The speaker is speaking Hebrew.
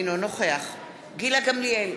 אינו נוכח גילה גמליאל,